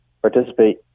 participate